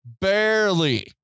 barely